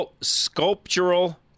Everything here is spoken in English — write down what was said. Sculptural